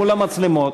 מול המצלמות,